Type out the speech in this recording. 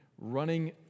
running